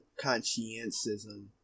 conscientism